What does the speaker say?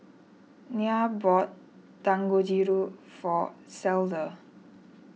Nya bought Dangojiru for Cleda